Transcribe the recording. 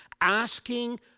asking